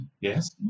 Yes